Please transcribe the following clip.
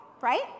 right